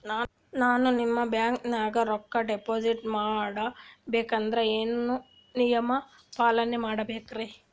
ನಾನು ನಿಮ್ಮ ಬ್ಯಾಂಕನಾಗ ರೊಕ್ಕಾ ಡಿಪಾಜಿಟ್ ಮಾಡ ಬೇಕಂದ್ರ ಏನೇನು ನಿಯಮ ಪಾಲನೇ ಮಾಡ್ಬೇಕ್ರಿ?